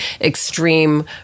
extreme